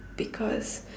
because